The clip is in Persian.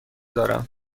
دارم